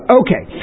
okay